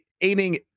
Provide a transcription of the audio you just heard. aiming